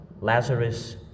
Lazarus